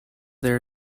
there